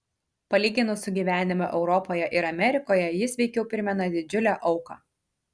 palyginus su gyvenimu europoje ir amerikoje jis veikiau primena didžiulę auką